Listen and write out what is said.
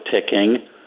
ticking